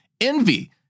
Envy